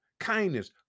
Kindness